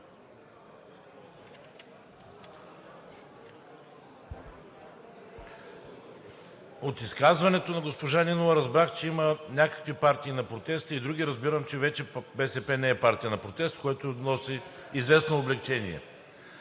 От изказването на госпожа Нинова разбрах, че има някакви партии – на протеста, и други. Разбирам, че БСП вече не е партия на протеста, което носи известно облекчение.